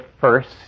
first